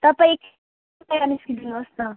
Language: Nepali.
तपाईँ एकछिन बाहिर निस्किदिनुहोस् न